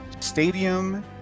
stadium